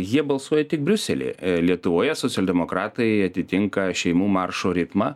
jie balsuoja tik briusely lietuvoje socialdemokratai atitinka šeimų maršo ritmą